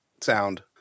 sound